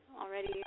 already